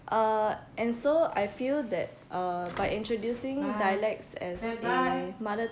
uh and so I feel that uh by introducing dialects as a mother